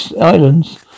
Islands